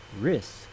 risk